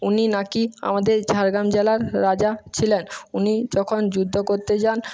উনি না কি আমাদের ঝাড়গ্রাম জেলার রাজা ছিলেন উনি যখন যুদ্ধ করতে যান